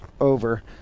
over